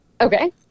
Okay